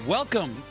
Welcome